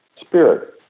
spirit